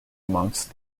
amongst